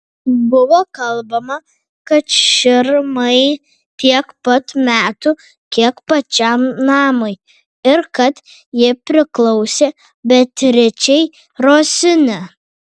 buvo kalbama kad širmai tiek pat metų kiek pačiam namui ir kad ji priklausė beatričei rosini